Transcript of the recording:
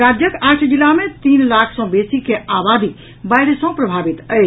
राज्यक आठ जिला मे तीन लाख सँ बेसी के आबादी बाढ़ि सँ प्रभावित अछि